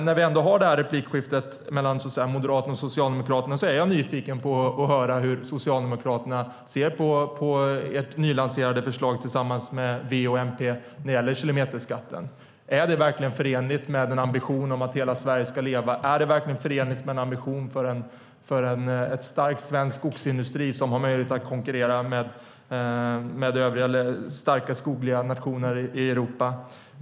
När vi ändå har detta replikskifte mellan Moderaterna och Socialdemokraterna är jag nyfiken på att höra hur Socialdemokraterna ser på det förslag om kilometerskatt som ni har nylanserat tillsammans med V och MP. Är det verkligen förenligt med en ambition om att hela Sverige ska leva? Är det förenligt med en ambition om en stark svensk skogsindustri som har möjlighet att konkurrera med starka skogliga nationer i Europa?